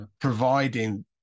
Providing